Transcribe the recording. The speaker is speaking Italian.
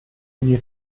ogni